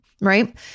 Right